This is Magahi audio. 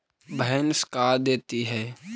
भैंस का देती है?